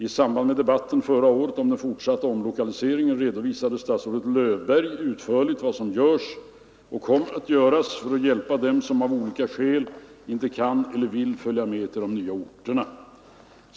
I samband med debatten förra året om den fortsatta omlokaliseringen redovisade statsrådet Löfberg utförligt vad som görs och kommer att göras för att hjälpa dem som av olika skäl inte kan eller vill följa med till de nya orterna.